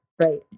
Right